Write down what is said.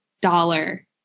dollar